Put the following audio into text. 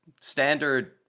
standard